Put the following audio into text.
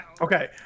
Okay